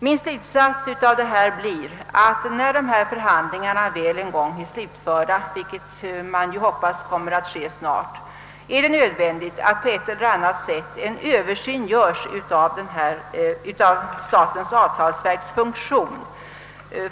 Min slutsats blir, att när dessa förhandlingar väl är slutförda — vilket jag hoppas kommer att ske snart — är det nödvändigt att på ett eller annat sätt göra en översyn av statens avtalsverks funktion.